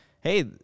hey